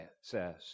says